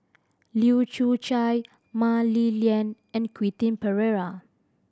Leu Yew Chye Mah Li Lian and Quentin Pereira